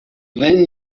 when